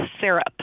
syrup